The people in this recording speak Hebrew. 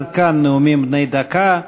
עד כאן נאומים בני דקה.